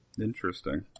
Interesting